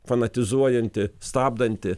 fanatizuojanti stabdanti